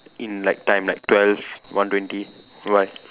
in like time like twelve one twenty why